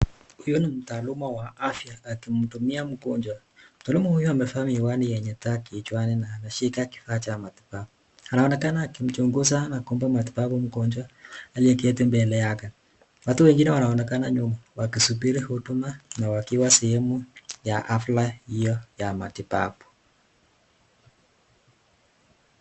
Huyu ni mtaaluma wa afya akimhudumia mgonjwa. Mtaaluma huyo amevaa miwani yenye taa kichwani na anashika kifaa cha matibabu. Anaonekana akimchunguza na kumpa matibabu mgonjwa aliyeketi mbele yake. Watu wengine wanaonekana nyuma wakisubiri huduma na wakiwa sehemu ya hafla hiyo ya matibabu.